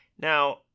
Now